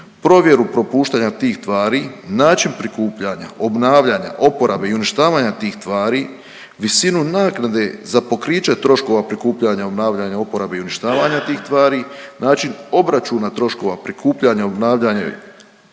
provjeru propuštanja tih tvari, način prikupljanja, obnavljanja, oporabe i uništavanja tih tvari, visinu naknade za pokriće troškova prikupljanja, obnavljanja, oporabe i uništavanja tih tvari, način obračuna troškova prikupljanja, obnavljanja